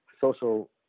social